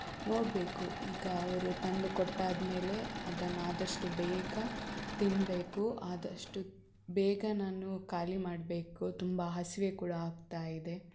ನೋಡಬೇಕು ಈಗ ಅವರು ತಂದು ಕೊಟ್ಟಾದ ಮೇಲೆ ಅದನ್ನ ಆದಷ್ಟು ಬೇಗ ತಿನ್ನಬೇಕು ಆದಷ್ಟು ಬೇಗ ನಾನು ಖಾಲಿ ಮಾಡಬೇಕು ತುಂಬ ಹಸಿವೆ ಕೂಡ ಆಗ್ತಾ ಇದೆ